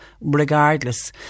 regardless